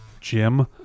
Jim